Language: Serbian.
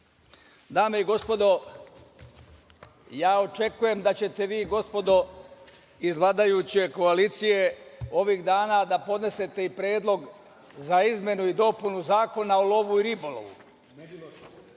i gospodo, ja očekujem da ćete vi gospodo iz vladajuće koalicije ovih dana da podnesete i predlog za izmenu i dopunu Zakona o lovu i ribolovu,